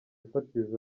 fatizo